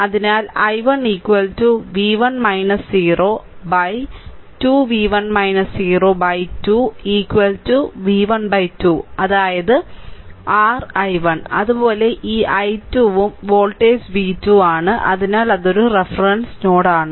അതിനാൽ i1 v1 0 2 v1 0 2 v1 2 അതായത് r i1 അതുപോലെ ഈ i2 ഉം വോൾട്ടേജ് v2 ആണ് അതിനാൽ റഫറൻസ് നോഡ്